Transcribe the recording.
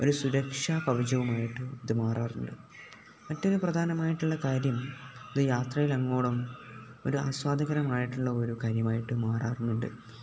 ഒരു സുരക്ഷാ കവചവുമായിട്ട് ഇതു മാറാറുണ്ട് മറ്റൊരു പ്രധാനമായിട്ടുള്ള കാര്യം ഇതു യാത്രയിലങ്ങോളം ഒരു ആസ്വാദ്യകരമായിട്ടുള്ള കാര്യമായിട്ടു മാറാറുണ്ട്